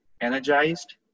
energized